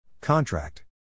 Contract